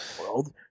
world